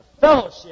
fellowship